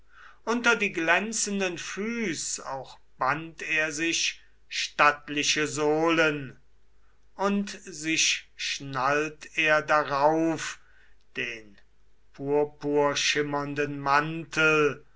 unter die glänzenden füß auch band er sich stattliche sohlen um sich schnallt er darauf den purpurschimmernden mantel